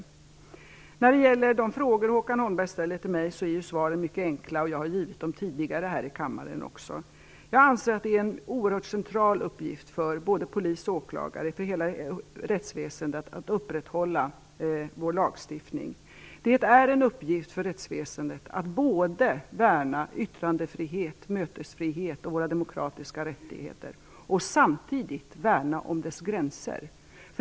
Svaren på de frågor som Håkan Holmberg ställer till mig är mycket enkla, och jag har också givit dem tidigare här i kammaren. Jag anser att det är en oerhört central uppgift för både polis och åklagare och för hela rättsväsendet att upprätthålla vår lagstiftning. Det är en uppgift för rättsväsendet att värna både yttrandefrihet, mötesfrihet och våra demokratiska rättigheter och att samtidigt värna om dess gränser.